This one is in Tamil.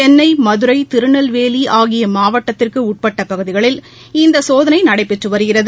சென்னை மதுரை திருநெல்வேலிஆகியமாவட்டத்திற்குஉட்பட்டபகுதிகளில் இந்தசோதனைநடைபெற்றுவருகிறது